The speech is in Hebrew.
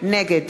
נגד